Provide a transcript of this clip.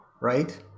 right